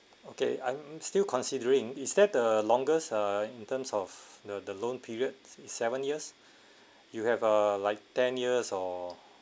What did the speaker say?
okay I'm still considering is that the longest ah in terms of the the loan periods is seven years you have a like ten years or